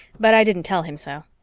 but i didn't tell him so.